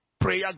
prayer